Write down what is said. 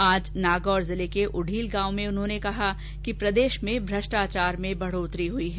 आज नागौर जिले के उढील गांव में उन्होंने कहा कि प्रदेश में भ्रष्टाचार में बढोतरी हई है